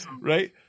right